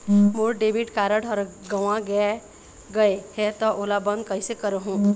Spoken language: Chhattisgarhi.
मोर डेबिट कारड हर गंवा गैर गए हे त ओला बंद कइसे करहूं?